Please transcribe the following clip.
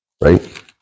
right